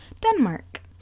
Denmark